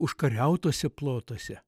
užkariautuose plotuose